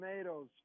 tomatoes